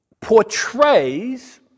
portrays